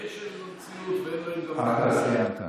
קשר למציאות ואין להם גם, אתה סיימת.